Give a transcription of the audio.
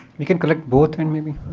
we can collect both, then, maybe.